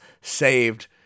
saved